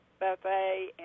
buffet